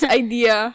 idea